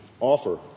offer